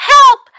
Help